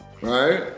Right